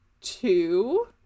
two